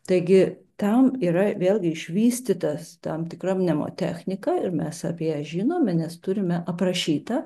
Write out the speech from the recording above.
taigi tam yra vėlgi išvystytas tam tikra nemotechnika ir mes apie žinome nes turime aprašytą